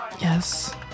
Yes